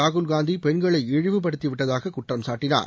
ராகுல் காந்தி பெண்களை இழிவுபடுத்திவிட்டதாக குற்றம் சாட்டினார்